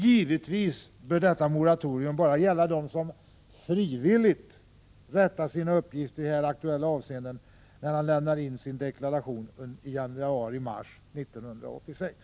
Givetvis bör ett sådant moratorium bara gälla dem som frivilligt rättar sina uppgifter i här aktuella avseenden, när de lämnar in sin deklaration under januari-mars 1986.